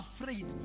afraid